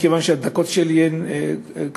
מכיוון שהדקות שלי פה קצובות,